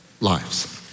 lives